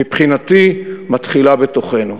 מבחינתי, מתחילה בתוכנו,